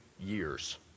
years